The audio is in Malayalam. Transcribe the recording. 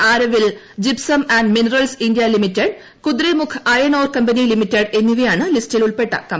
ആരവിൽ gypsum and minerals India limited Kudremukh iron ore company limited എന്നിവയാണ് ലിസ്റ്റിൽ ഉൾപ്പെട്ട കമ്പനി കൾ